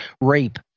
rape